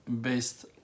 based